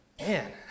Man